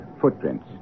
Footprints